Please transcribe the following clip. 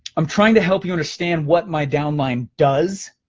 i'm trying to help you understand what my downline does,